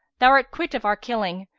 thou art quit of our killing.